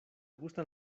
gustan